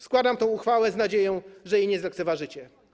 Składam tę uchwałę z nadzieją, że jej nie zlekceważycie.